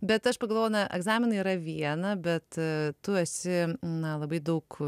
bet aš pagalvojau na egzaminai yra viena bet tu esi na labai daug